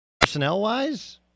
Personnel-wise